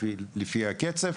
לפי הקצב,